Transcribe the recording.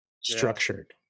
structured